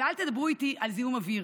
ואל תדברו איתי על זיהום אוויר,